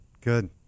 good